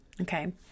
okay